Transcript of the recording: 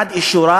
ועד לאישורה,